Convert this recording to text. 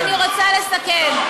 אני רוצה לסכם.